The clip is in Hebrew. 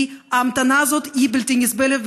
כי ההמתנה הזאת היא בלתי נסבלת,